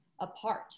apart